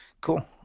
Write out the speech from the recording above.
Cool